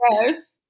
Yes